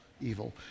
evil